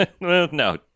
no